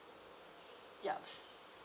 yup